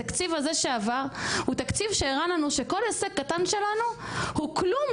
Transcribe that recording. הוא תקציב שהראה לנו שכל הישג קטן שלנו הוא כלום,